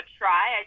try